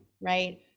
Right